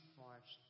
march